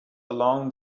along